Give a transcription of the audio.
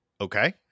Okay